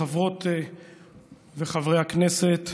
חברות וחברי הכנסת,